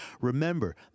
Remember